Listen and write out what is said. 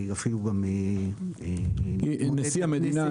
-- נשיא המדינה,